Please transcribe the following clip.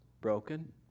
broken